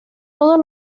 todos